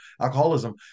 alcoholism